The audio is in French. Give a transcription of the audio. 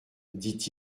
dit